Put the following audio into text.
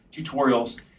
tutorials